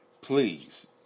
Please